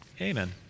Amen